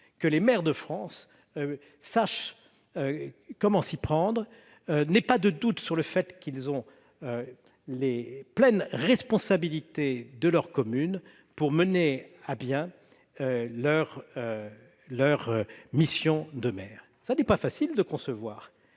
-que les maires de France sachent comment s'y prendre, n'aient pas de doute quant au fait qu'ils ont la pleine responsabilité de leur commune pour mener à bien leur mission de maire. Ce n'est pas facile de concevoir